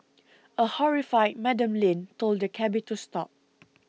a horrified Madam Lin told the cabby to stop